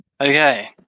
Okay